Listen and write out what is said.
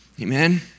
amen